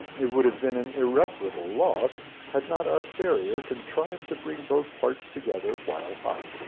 it would have been an irreparable loss, had not our farrier contrived to bring both parts together while hot.